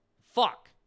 Fuck